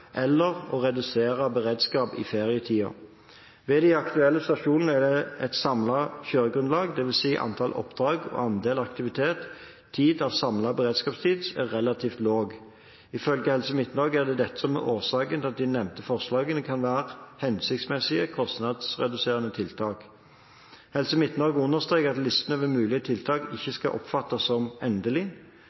de aktuelle stasjonene er det samlede kjøregrunnlaget, dvs. antall oppdrag og andel aktiv tid av samlet beredskapstid, relativt lavt. Ifølge Helse Midt-Norge er det dette som er årsaken til at de nevnte forslagene kan være hensiktsmessige, kostnadsreduserende tiltak. Helse Midt-Norge understreker at listen over mulige tiltak ikke skal oppfattes som endelig.